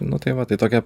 nu tai va tai tokie